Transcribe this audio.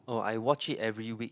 oh I watch it every week